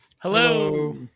Hello